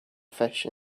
fish